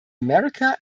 america